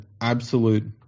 absolute